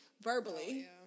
verbally